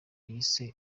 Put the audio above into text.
yise